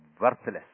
worthless